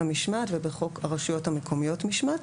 (משמעת) ובחוק הרשויות המקומיות (משמעת),